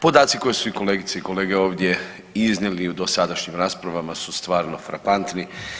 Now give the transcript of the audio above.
Podaci koje su i kolegice i kolege ovdje iznijeli u dosadašnjim raspravama su stvarno frapantni.